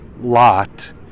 lot